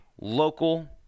local